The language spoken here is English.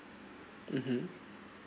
(uh huh)